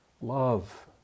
Love